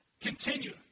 Continue